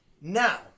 Now